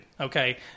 Okay